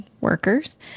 workers